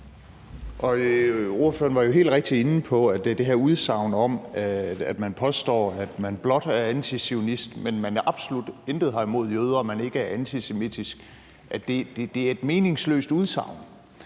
Ordføreren var jo helt rigtigt inde på, at det her udsagn om, at man påstår, at man blot er antizionist, men at man absolut intet har imod jøder og ikke er antisemitisk, er et meningsløst udsagn.